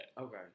Okay